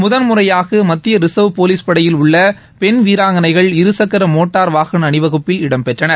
முதன்முறையாக மத்திய ரிசர்வ் போலீஸ்படையில் உள்ள பென் வீராங்கனைகள் இருசக்கர மோட்டார் வாகன அணிவகுப்பில் இடம்பெற்றனர்